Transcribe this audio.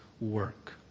work